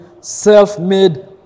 self-made